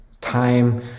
time